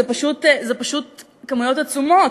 זה פשוט כמויות עצומות.